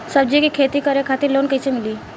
सब्जी के खेती करे खातिर लोन कइसे मिली?